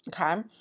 Okay